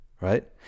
right